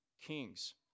Kings